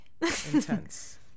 intense